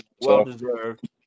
well-deserved